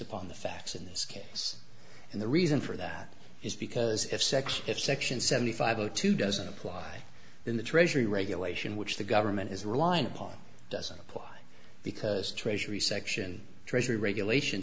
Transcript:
upon the facts in this case and the reason for that is because if section if section seventy five o two doesn't apply in the treasury regulation which the government is relying upon doesn't apply because treasury section treasury regulation